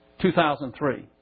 2003